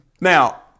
Now